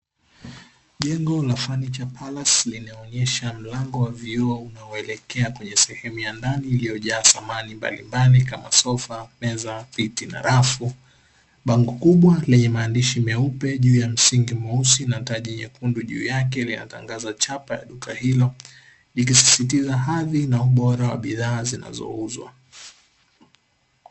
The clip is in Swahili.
Jengo la fanicha palasi limeonesha mlango wa vioo unaoelekea sehemu ya ndani iliojaa samani mbalimbali kama sofa, meza, viti na rafu, bango kubwa lenye maandishi meupe juu ya msingi mweusi na taji jekundu juu yake linatangaza chapa la duka hilo likisisitiza hadhi na ubora wa bidhaa zinazouzwa.